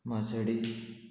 Mercedes